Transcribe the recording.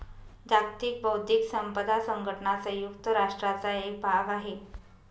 जागतिक बौद्धिक संपदा संघटना संयुक्त राष्ट्रांचा एक भाग आहे